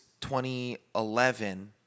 2011